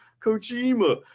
Kojima